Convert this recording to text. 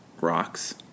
rocks